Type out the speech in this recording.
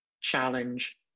challenge